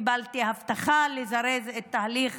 קיבלתי הבטחה לזרז את תהליך